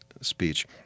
speech